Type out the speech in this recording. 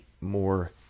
more